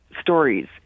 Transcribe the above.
stories